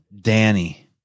Danny